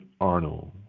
Arnold